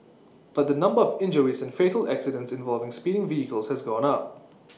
but the number of injuries and fatal accidents involving speeding vehicles has gone up